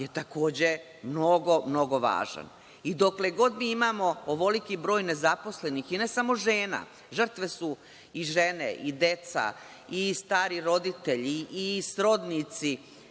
je takođe mnogo važan. Dokle god mi imamo ovoliki broj nezaposlenih i ne samo žena, žrtve su i žene i deca i stari roditelji i srodnici,